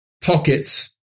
pockets